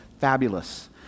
fabulous